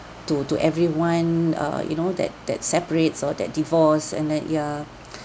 to to everyone uh you know that that separates or that divorce and that ya